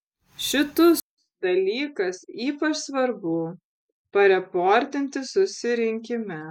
šitus dalykas ypač svarbu pareportinti susirinkime